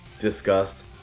disgust